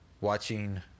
watching